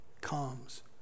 comes